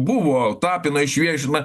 buvo tapina išviešina